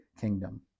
kingdom